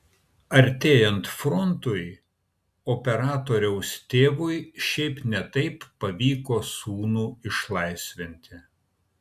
artėjant frontui operatoriaus tėvui šiaip ne taip pavyko sūnų išlaisvinti